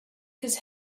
his